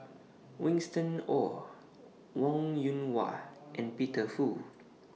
Winston Oh Wong Yoon Wah and Peter Fu